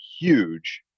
huge